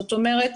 זאת אומרת,